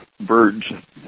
birds